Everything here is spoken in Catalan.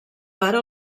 pare